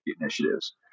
initiatives